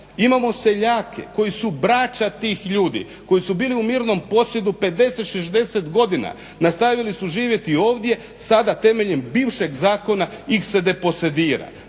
Imamo seljake koji su braća tih ljudi, koji su bili u mirnom posjedu 50, 60 godina. Nastavili su živjeti ovdje sada temeljem bivšeg zakona ih se deposidira.